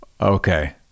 Okay